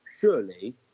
surely